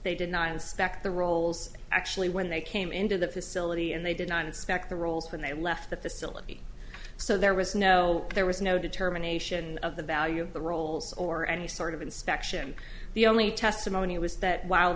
they deny inspect the rolls actually when they came into the facility and they did not inspect the rolls when they left the facility so there was no there was no determination of the value of the rolls or any sort of inspection the only testimony was that while